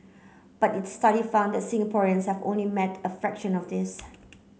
but its study found that Singaporeans have only met a fraction of this